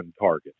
target